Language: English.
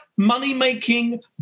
money-making